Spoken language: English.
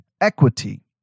equity